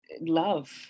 love